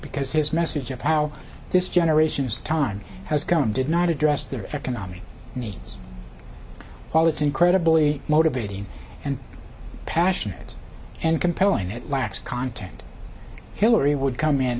because his message of how this generation is time has come did not address their economic needs quality incredibly motivating and passionate and compelling it lacks content hillary would come in